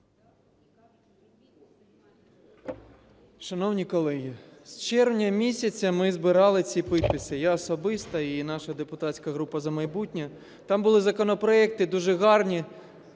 Шановні колеги, з червня місяця ми збирали ці підписи, я особисто і наша депутатська група "За майбутнє". Там були законопроекти дуже гарні,